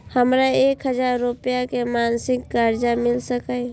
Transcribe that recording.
हमरा एक हजार रुपया के मासिक कर्जा मिल सकैये?